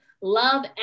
love